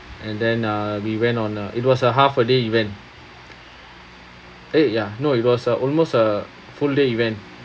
and then uh we went on uh it was a half a day event eh ya no it was uh almost a full day event